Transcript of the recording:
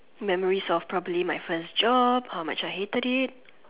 memories of probably my first job how much I hated it